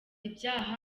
ibyaha